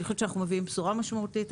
אני חושבת שאנחנו מביאים בשורה משמעותית.